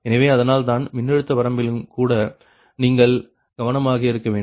எனவே அதனால் தான் மின்னழுத்த வரம்பிலும்கூட நீங்கள் கவனமாக இருக்க வேண்டும்